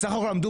בסך הכול עמדו